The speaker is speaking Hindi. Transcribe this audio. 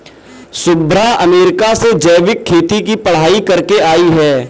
शुभ्रा अमेरिका से जैविक खेती की पढ़ाई करके आई है